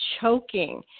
choking